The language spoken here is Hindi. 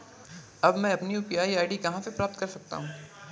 अब मैं अपनी यू.पी.आई आई.डी कहां से प्राप्त कर सकता हूं?